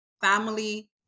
family